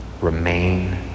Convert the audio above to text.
remain